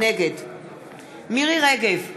נגד מירי רגב,